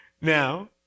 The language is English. Now